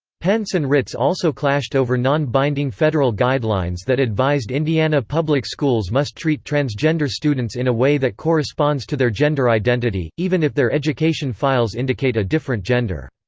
pence and ritz also clashed over non-binding federal guidelines that advised indiana public schools must treat transgender students in a way that corresponds to their gender identity, even if their education files indicate a different gender.